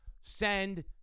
send